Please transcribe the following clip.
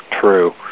true